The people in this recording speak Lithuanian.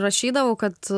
rašydavau kad